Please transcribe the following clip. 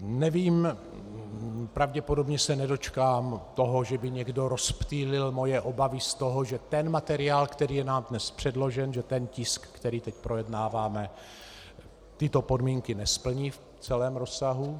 Nevím, pravděpodobně se nedočkám toho, že by někdo rozptýlil moje obavy z toho, že materiál, který je nám dnes předložen, že tisk, který teď projednáváme, tyto podmínky nesplní v celém rozsahu.